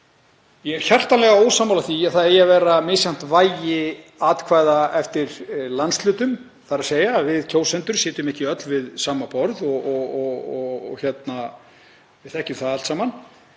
ég er hjartanlega ósammála því að það eigi að vera misjafnt vægi atkvæða eftir landshlutum, þ.e. að við kjósendur sitjum ekki öll við sama borð og við þekkjum það allt saman,